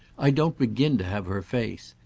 i don't begin to have her faith.